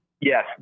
Yes